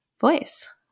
voice